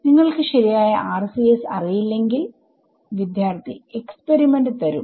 നിങ്ങൾക്ക് ശരിയായ RCS അറിയില്ലെങ്കിൽ വിദ്യാർത്ഥി എക്സ്പെരിമെന്റ് തരും